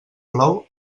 plou